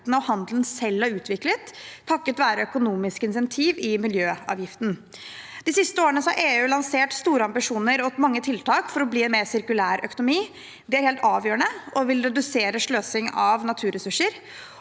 og handelen selv har utviklet, takket være økonomiske insentiv i miljøavgiften. De siste årene har EU lansert store ambisjoner og mange tiltak for å bli en mer sirkulær økonomi. Det er helt avgjørende og vil redusere sløsing av naturressurser.